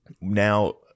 Now